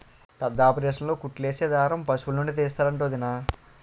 పెద్దాపరేసన్లో కుట్లేసే దారం పశులనుండి తీస్తరంట వొదినా